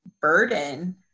burden